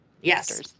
yes